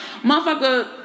motherfucker